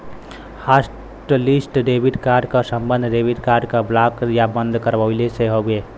hotlist debit card क सम्बन्ध debit card क ब्लॉक या बंद करवइले से हउवे